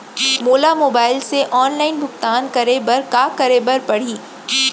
मोला मोबाइल से ऑनलाइन भुगतान करे बर का करे बर पड़ही?